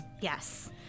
Yes